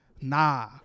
nah